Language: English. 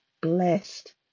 blessed